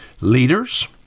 leaders